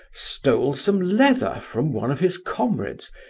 stole some leather from one of his comrades,